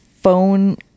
phone